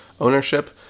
ownership